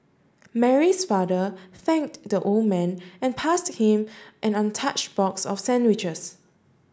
Mary's father thanked the old man and passed him an untouched box of sandwiches